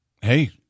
hey